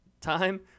time